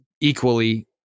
equally